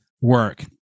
work